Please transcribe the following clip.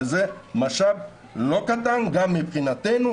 וזה משאב לא קטן גם מבחינתנו,